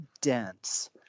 dense